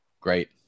Great